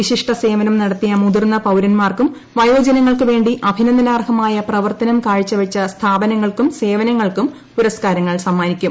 വിശിഷ്ട സേവനം നടത്തിയ മുതിർന്ന പൌരന്മാർക്കും വയോജനങ്ങൾക്ക് വേണ്ടി അഭിനന്ദനാർഹമായ പ്രവർത്തനം കാഴ്ചവച്ച സ്ഥാപനങ്ങൾക്കും സേവനങ്ങൾക്കും പുരസ്കാരങ്ങൾ സമ്മാനിക്കും